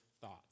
thoughts